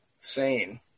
sane